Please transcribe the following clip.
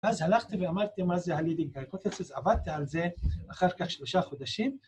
אז הלכתי ואמרתי מה זה ה-leading hypothesis, עבדתי על זה אחר כך שלושה חודשים.